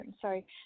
sorry